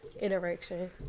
Interaction